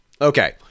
Okay